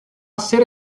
cera